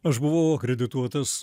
aš buvau akredituotas